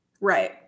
Right